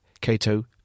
Cato